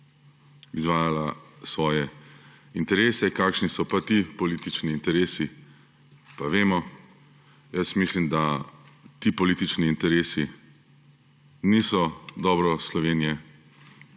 izvajala svoje interese. Kakšni so pa ti politični interesi, pa vemo. Jaz mislim, da ti politični interesi niso v dobro Slovenije,